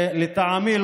לטעמי,